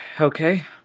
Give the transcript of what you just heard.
okay